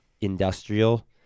industrial